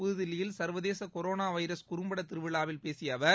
புதுதில்லியில் சர்வதேச corona virus குறும்பட திருவிழாவில் பேசிய அவர்